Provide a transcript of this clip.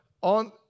on